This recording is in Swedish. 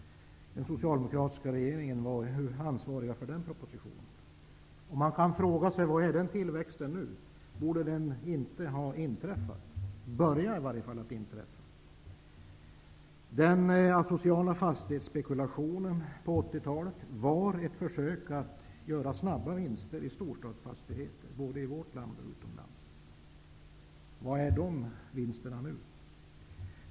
Den socialdemokratiska regeringen var ansvarig för denna proposition. Man kan fråga sig: Var är den tillväxten nu? Borde den inte i varje fall ha börjat inträffa nu? Den asociala fastighetsspekulationen på 80-talet var ett försök att göra snabba vinster på storstadsfastigheter, både i vårt land och utomlands. Var är de vinsterna nu?